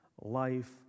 life